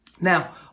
now